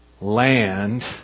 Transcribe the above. land